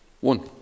one